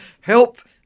help